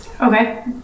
Okay